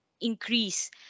increase